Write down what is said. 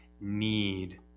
need